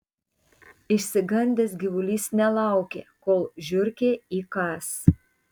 išsigandęs gyvulys nelaukė kol žiurkė įkąs